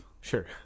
Sure